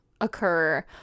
occur